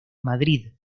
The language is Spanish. madrid